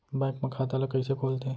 Bank म खाता ल कइसे खोलथे?